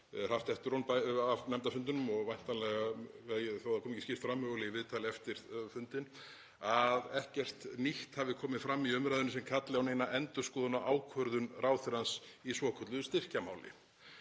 haft eftir honum á nefndarfundinum og væntanlega, þótt það kom ekki skýrt fram, mögulega í viðtali eftir fundinn, að ekkert nýtt hafi komið fram í umræðunni sem kalli á neina endurskoðun á ákvörðun ráðherrans í svokölluðu styrkjamáli.